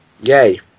Yay